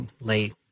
late